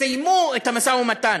סיימו את המשא-ומתן.